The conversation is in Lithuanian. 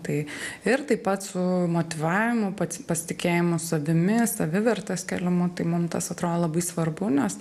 tai ir taip pat su motyvavimu pats pasitikėjimu savimi savivertės kėlimu tai mum tas atro labai svarbu nes